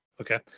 Okay